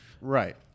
Right